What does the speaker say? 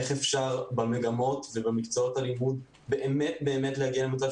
איך אפשר במגמות ובמקצועות הלימוד באמת להגיע למצב